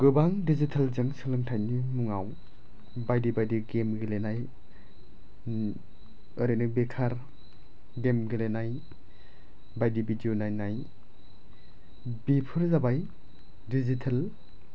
गोबां दिजिटेलजों सोलोंथायनि मुङाव बायदि बायदि गेम गेलेनाय ओरैनो बेकार गेम गेलेनाय बायदि भिदिअ नायनाय बेफोर जाबाय दिजिटेल